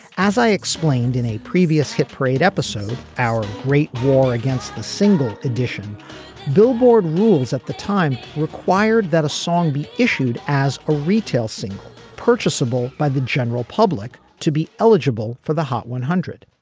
as i explained in a previous hit parade episode our great war against a single edition billboard rules at the time required that a song be issued as a retail single purchasable by the general public to be eligible for the hot one hundred.